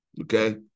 Okay